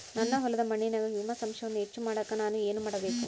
ನನ್ನ ಹೊಲದ ಮಣ್ಣಿನಾಗ ಹ್ಯೂಮಸ್ ಅಂಶವನ್ನ ಹೆಚ್ಚು ಮಾಡಾಕ ನಾನು ಏನು ಮಾಡಬೇಕು?